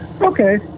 okay